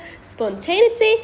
spontaneity